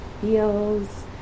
feels